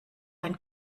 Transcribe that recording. ein